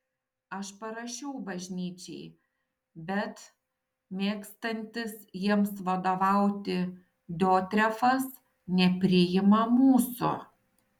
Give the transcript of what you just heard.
aš parašiau bažnyčiai bet mėgstantis jiems vadovauti diotrefas nepriima mūsų